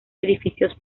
edificios